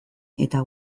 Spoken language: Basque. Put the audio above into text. eta